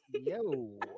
Yo